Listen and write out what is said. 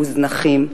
מוזנחים,